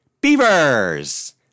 Beavers